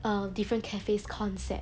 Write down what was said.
err different cafes concept